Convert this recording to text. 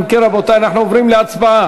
אם כן, רבותי, אנחנו עוברים להצבעה.